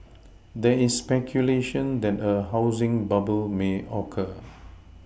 there is speculation that a housing bubble may occur